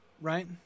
right